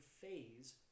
phase